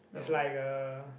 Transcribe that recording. is like a